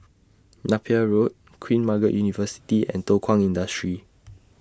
Napier Road Queen Margaret University and Thow Kwang Industry